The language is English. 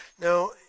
Now